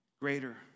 greater